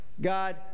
God